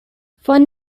von